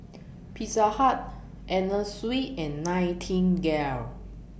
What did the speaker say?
Pizza Hut Anna Sui and Nightingale